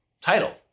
title